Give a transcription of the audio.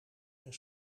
zijn